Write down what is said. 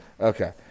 Okay